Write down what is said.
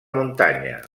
muntanya